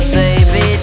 baby